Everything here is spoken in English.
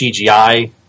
CGI